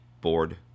board